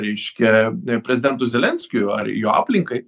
reiškia prezidentui zelenskiui ar jo aplinkai